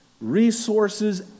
resources